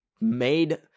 made